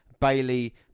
Bailey